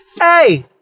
Hey